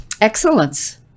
Excellence